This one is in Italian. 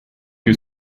più